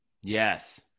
Yes